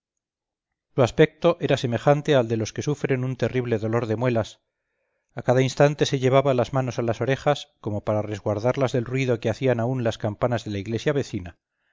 su aspecto era semejante al de los que sufren un terrible dolor de muelas a cada instante se llevaba las manos a las orejas como para resguardarlas del ruido que hacían aún las campanas de la iglesia vecina